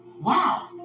Wow